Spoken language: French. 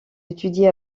étudie